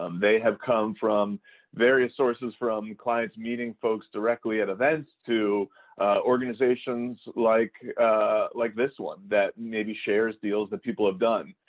um they have come from various sources from clients meeting folks directly at events to organizations like like this one that maybe shares deals people had done.